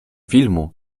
filmu